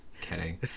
kidding